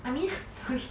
I mean sorry